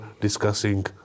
discussing